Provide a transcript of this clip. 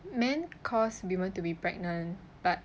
man cause woman to be pregnant but